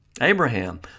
Abraham